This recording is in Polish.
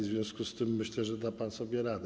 W związku z tym myślę, że da pan sobie radę.